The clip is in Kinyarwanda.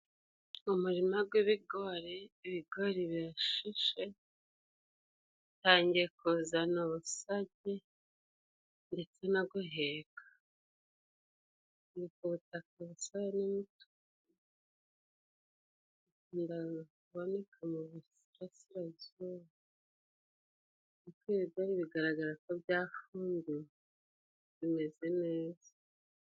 Umurima w'ibigori, ibigori birashishe，bitangiye kuzana ubusage, ndetse no guheka ni ku butaka busa, ndabona ko mu busirarasi ukwe byari bigaragara ko byafunguwe bimeze neza.